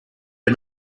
but